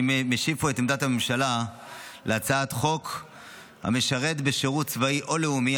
אני משיב פה את עמדת הממשלה להצעת חוק המשרת בשירות צבאי או לאומי,